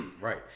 Right